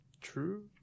True